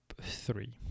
three